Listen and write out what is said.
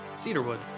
Cedarwood